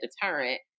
deterrent